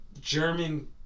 German